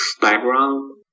background